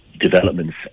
developments